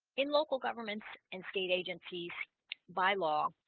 in local governments and state agencies by law